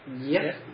Yes